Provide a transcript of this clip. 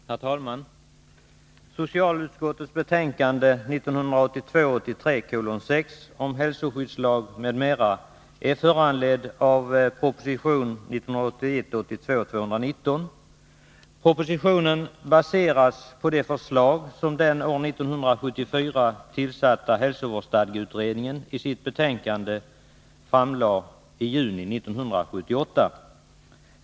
Herr talman! Socialutskottets betänkande 1982 82:219. Propositionen baseras på det förslag som den år 1974 tillsatta hälsovårdsstadgeutredningen i sitt betänkande framlade i juni 1978.